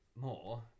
more